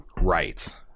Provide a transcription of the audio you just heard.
right